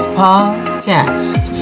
podcast